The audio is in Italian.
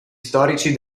storici